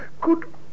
Good